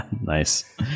Nice